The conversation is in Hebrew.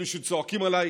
אלו שצועקים עליי